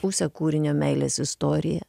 pusę kūrinio meilės istorija